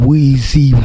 Weezy